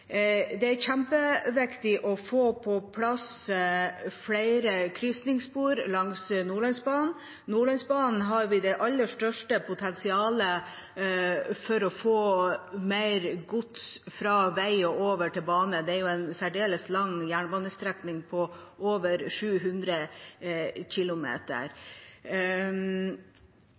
Det er kjempeviktig å få på plass flere krysningsspor langs Nordlandsbanen. På Nordlandsbanen har vi det aller største potensialet for å få mer gods fra vei og over til bane. Det er jo en særdeles lang jernbanestrekning på over 700